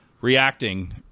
reacting